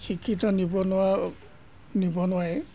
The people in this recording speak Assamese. শিক্ষিত নিবনুৱা নিবনুৱাই